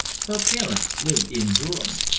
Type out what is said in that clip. her parents lived in durham.